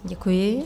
Děkuji.